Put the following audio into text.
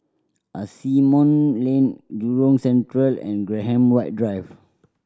Asimont Lane Jurong Central and Graham White Drive